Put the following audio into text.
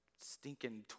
stinking